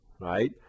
right